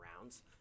rounds